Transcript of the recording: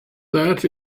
that